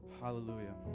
Hallelujah